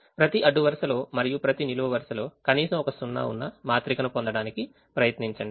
ప్రతి అడ్డు వరుసలో మరియు ప్రతి నిలువు వరుసలో కనీసం ఒక సున్నా ఉన్న మాత్రికను పొందడానికి ప్రయత్నించండి